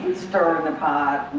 stir the pot.